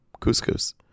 couscous